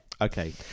Okay